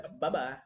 bye-bye